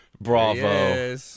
bravo